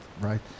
right